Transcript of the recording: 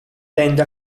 tende